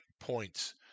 points